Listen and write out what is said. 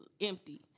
empty